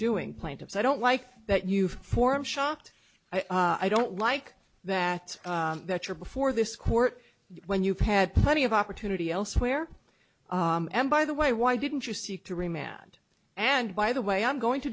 doing plaintiffs i don't like that you form shocked i don't like that that you're before this court when you've had plenty of opportunity elsewhere and by the way why didn't you seek to remand and by the way i'm going to